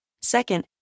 Second